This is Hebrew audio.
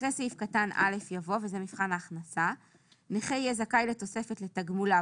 אחרי סעיף קטן (א) יבוא: "(ב)נכה יהיה זכאי לתוספת לתגמוליו